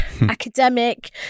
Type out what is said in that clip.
academic